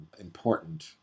important